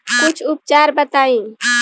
कुछ उपचार बताई?